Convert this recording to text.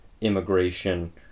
immigration